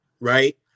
right